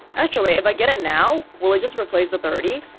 actually, if i get it now, will it just replace the thirty?